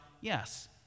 yes